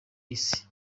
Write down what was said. isi